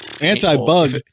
Anti-bug